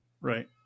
Right